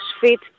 fit